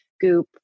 Goop